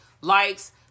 likes